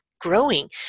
growing